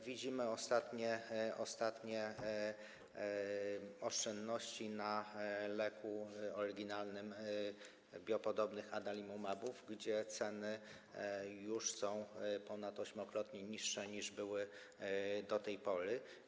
Widzimy ostatnio oszczędności na leku oryginalnym biopodobnych adalimumabów - ceny już są ponad ośmiokrotnie niższe niż były do tej pory.